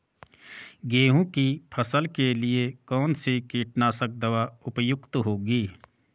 गेहूँ की फसल के लिए कौन सी कीटनाशक दवा उपयुक्त होगी?